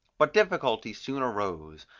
but difficulties soon arose,